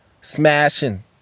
smashing